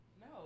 no